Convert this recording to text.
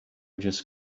just